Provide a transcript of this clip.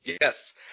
Yes